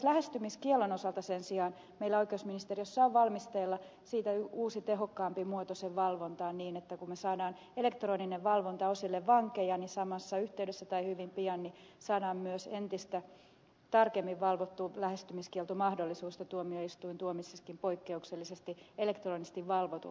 lähestymiskiellon osalta sen sijaan meillä oikeusministeriössä on valmisteilla uusi tehokkaampi muoto sen valvontaan niin että kun me saamme elektronisen valvonnan osalle vankeja niin samassa yhteydessä tai hyvin pian saadaan myös entistä tarkemmin valvottu lähestymiskieltomahdollisuus niin että tuomioistuin tuomitsisikin poikkeuksellisesti elektronisesti valvotun lähestymiskiellon rikkomisen